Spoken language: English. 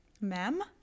Ma'am